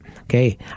okay